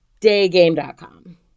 daygame.com